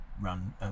run